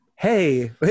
hey